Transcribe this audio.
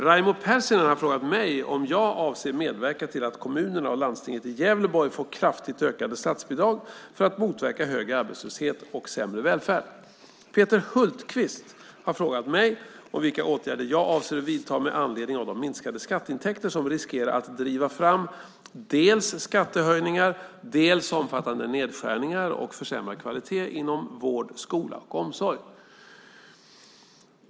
Raimo Pärssinen har frågat mig om jag avser att medverka till att kommunerna och landstinget i Gävleborg får kraftigt ökade statsbidrag för att motverka högre arbetslöshet och sämre välfärd. Peter Hultqvist har frågat mig om vilka åtgärder jag avser att vidta med anledning av de minskade skatteintäkterna som riskerar att driva fram dels skattehöjningar, dels omfattande nedskärningar och försämrad kvalitet inom vård, skola och omsorg.